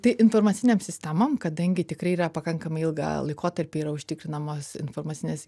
tai informacinėm sistemom kadangi tikrai yra pakankamai ilgą laikotarpį yra užtikrinamos informacinės